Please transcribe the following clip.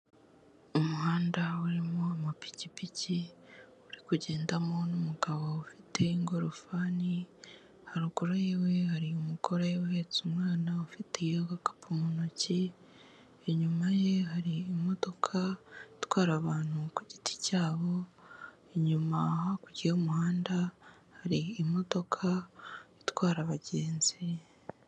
Umuhanda urimo amapikipiki uri kugendamo n'umugabo ufite ingofani, haruguru y'iwe hari umugore uhetse umwana ufite agakapu mu ntoki inyuma ye hari imodoka itwara abantu ku giti cyabo, inyuma hakurya y'umuhanda hari imodoka itwara abagenzi.